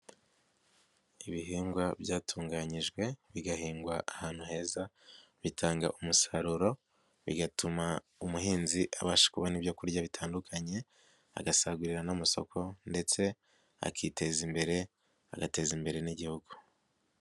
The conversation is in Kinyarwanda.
Ibihingwa byatunganyijwe bigahingwa ahantu heza bitanga umusaruro bigatuma umuhinzi abasha kubona ibyo kurya bitandukanye, agasagurira n'amasoko ndetse akiteza imbere agateza imbere n'Igihugu.